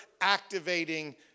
activating